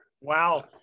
Wow